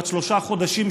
בת שלושה חודשים,